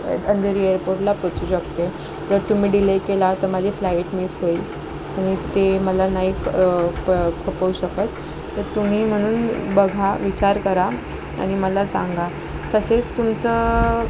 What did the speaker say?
अंधेरी एअरपोर्टला पोचू शकते जर तुम्ही डिले केला तर माझी फ्लाईट मिस होईल आणि ते मला नाही प खपवू शकत तर तुम्ही म्हणून बघा विचार करा आआणि मला सांगा तसेच तुमचं